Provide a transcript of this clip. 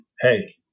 hey